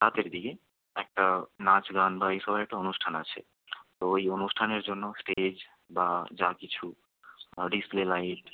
রাতের দিকে একটা নাচ গান বা এইসবের একটা অনুষ্ঠান আছে তো ওই অনুষ্ঠানের জন্য স্টেজ বা যা কিছু ডিসপ্লে লাইট